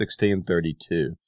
1632